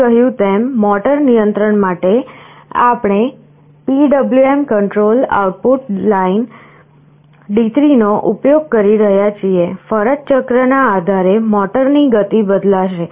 મેં કહ્યું તેમ મોટર નિયંત્રણ માટે આપણે PWM control output line D3 નો ઉપયોગ કરી રહ્યા છીએ ફરજ ચક્રના આધારે મોટરની ગતિ બદલાશે